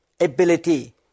ability